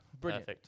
Brilliant